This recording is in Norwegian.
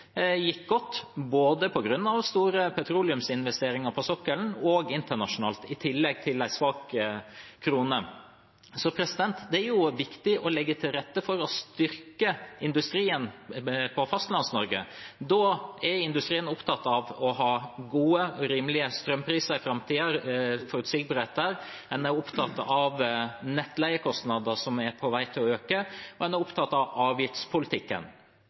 gikk godt på grunn av store petroleumsinvesteringer på sokkelen og internasjonalt, i tillegg til en svak krone. Det er viktig å legge til rette for å styrke industrien i Fastlands-Norge. Da er industrien opptatt av å ha gode og rimelige strømpriser i framtiden – forutsigbarhet. En er opptatt av nettleiekostnader som er på vei til å øke, og en er opptatt av avgiftspolitikken.